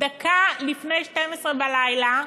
דקה לפני 12 בלילה,